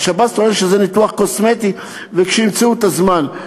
והשב"ס טוען שזה ניתוח קוסמטי ויעשו אותו כשימצאו את הזמן.